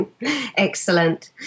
Excellent